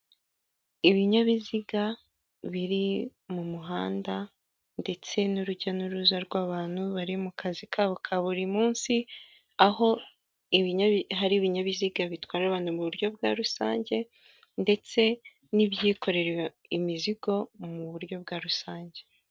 Ibinyabiziga biri mu muhanda, ndetse n'urujya n'uruza rw'abantu bari mu kazi kabo ka buri munsi, aho hari ibinyabiziga bitwara abantu mu buryo bwa rusange, ndetse n'ibyikorera imizigo mu buryo bwa rusange.